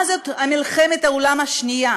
מה זאת מלחמת העולם השנייה